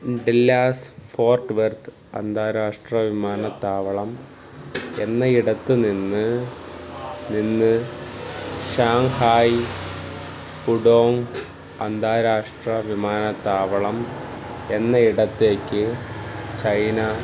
Dallas Fort Worth അന്താരാഷ്ട്ര വിമാനത്താവളം എന്ന ഇടത്ത് നിന്ന് നിന്ന് ഷാൻഹായി ഹുഡോങ്ങ് അന്താരാഷ്ട്ര വിമാനത്താവളം എന്ന ഇടത്തേക്ക് ചൈന